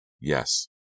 Yes